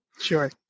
Sure